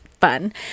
fun